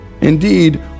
Indeed